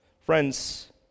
Friends